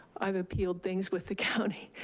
i've appealed things with the county,